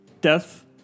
death